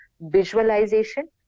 visualization